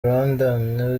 rwandan